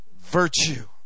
virtue